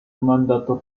mandato